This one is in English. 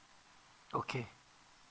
okay